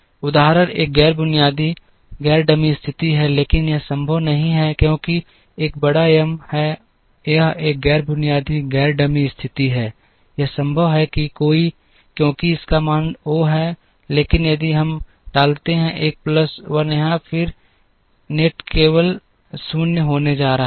उदाहरण यह एक गैर बुनियादी गैर डमी स्थिति है लेकिन यह संभव नहीं है क्योंकि एक बड़ा एम है यह एक गैर बुनियादी गैर डमी स्थिति है यह संभव है क्योंकि इसका मान O है लेकिन यदि हम डालते हैं एक प्लस 1 यहां फिर नेट केवल 0 होने जा रहा है